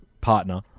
partner